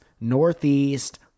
Northeast